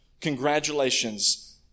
Congratulations